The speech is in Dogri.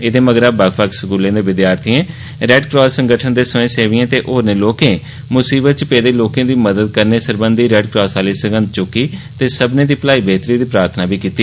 एह्दे मगरा बक्ख बक्ख स्कूलें दे विद्यार्थिएं रेड क्रास संगठन दे स्वयंसेविए ते होरनें लोकें मुसिबत च पेदे लोकें दी मदद करने दी रेड क्रास आह्ली सगंघ चुक्की ते सब्मनें दी बलाई बेह्तरी दी प्रार्थना बी कीती